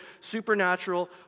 supernatural